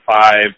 five